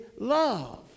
love